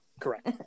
Correct